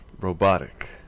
robotic